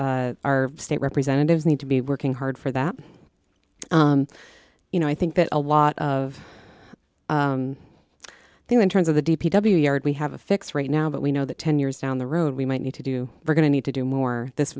our state representatives need to be working hard for that you know i think that a lot of them in terms of the d p w yard we have a fix right now but we know that ten years down the road we might need to do we're going to need to do more this